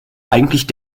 eigentlich